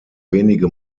wenige